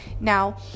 Now